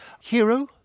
Hero